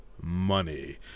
money